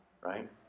Right